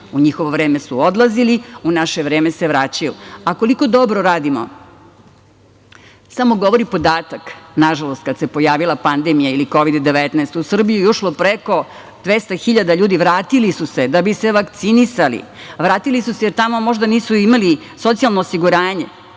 u njihovo vreme su odlazili, u naše vreme se vraćaju. A, koliko dobro radimo samo govori podatak, nažalost, kada se pojavila pandemija ili Kovid – 19, u Srbiju je ušlo preko 200.000 ljudi, vratili su se da bi se vakcinisali, vratili su se, jer tamo možda nisu imali socijalno osiguranje.